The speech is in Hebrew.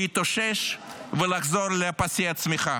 להתאושש ולחזור לפסי הצמיחה.